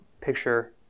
picture